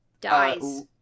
dies